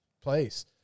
place